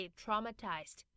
traumatized